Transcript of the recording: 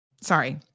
Sorry